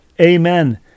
Amen